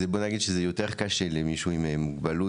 בוא נגיד שזה יותר קשה למישהו עם מוגבלות,